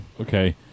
Okay